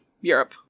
Europe